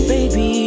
Baby